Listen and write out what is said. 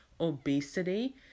obesity